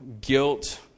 guilt